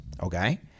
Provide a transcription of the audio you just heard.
Okay